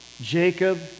Jacob